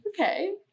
okay